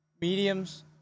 mediums